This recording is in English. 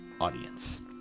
audience